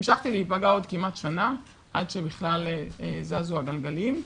המשכתי להיפגע עוד כמעט שנה עד שבכלל זזו הגלגלים.